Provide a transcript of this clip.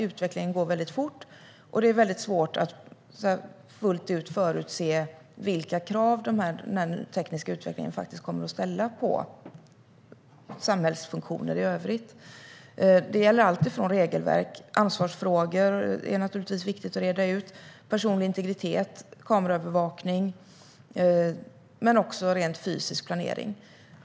Utvecklingen går väldigt fort, och det är mycket svårt att fullt ut förutse vilka krav den tekniska utvecklingen kommer att ställa på samhällsfunktioner i övrigt. Det gäller allt från regelverk, ansvarsfrågor - som naturligtvis är viktiga att reda ut - personlig integritet och kameraövervakning till rent fysisk planering.